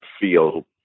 feel